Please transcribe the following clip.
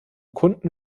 kunden